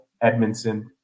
Edmondson